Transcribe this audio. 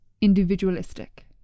individualistic